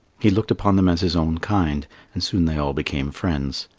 he looked upon them as his own kind and soon they all became friends.